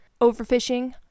overfishing